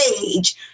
age